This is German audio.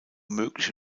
mögliche